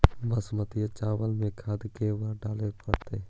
बासमती चावल में खाद के बार डाले पड़तै?